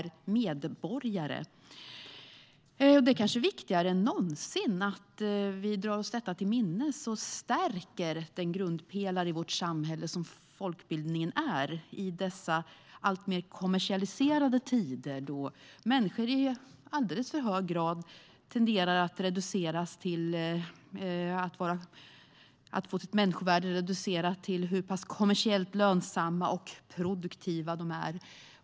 I dessa alltmer kommersialiserade tider är det kanske viktigare än någonsin att vi drar oss detta till minnes och stärker den grundpelare i vårt samhälle som folkbildningen är. Vårt människovärde tenderar att i alldeles för hög grad reduceras till hur kommersiellt lönsamma och produktiva vi är.